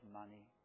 money